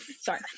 Sorry